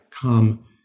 come